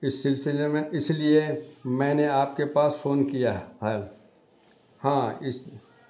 اس سلسلے میں اس لیے میں نے آپ کے پاس فون کیا ہے ہاں اس